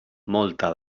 molta